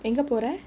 எங்க போற:enga pora